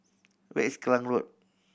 where is Klang Road